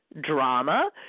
drama